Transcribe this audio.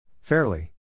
Fairly